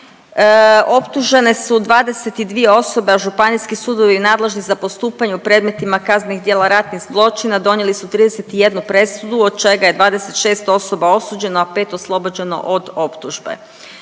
Optužene su 22 osobe, a Županijski sudovi nadležni za postupanje u predmetima kaznenih djela ratnih zločina donijeli su 31 presudu od čega je 26 osoba osuđeno, a 5 oslobođeno od optužbe.